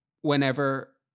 whenever